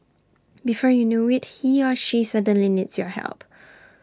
before you know IT he or she suddenly needs your help